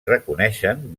reconeixen